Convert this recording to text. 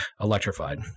electrified